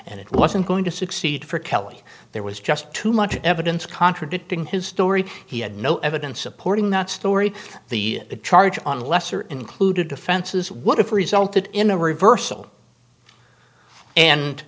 and it wasn't going to succeed for kelly there was just too much evidence contradicting his story he had no evidence supporting that story the charge on lesser included offenses what if resulted in a revers